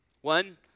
One